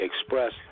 express